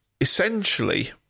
essentially